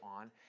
on